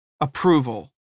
approval